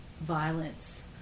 violence